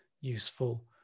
useful